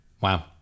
wow